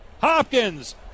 Hopkins